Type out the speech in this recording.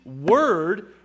word